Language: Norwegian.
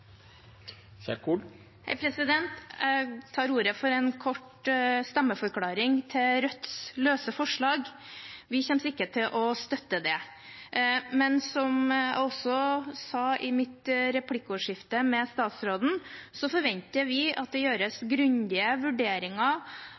Jeg tar ordet for en kort stemmeforklaring til Rødts løse forslag. Vi kommer ikke til å støtte det. Men som jeg også sa i replikkordskiftet med statsråden, forventer vi at det gjøres